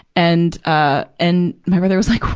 and, ah, and, my brother was like,